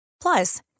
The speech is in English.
Plus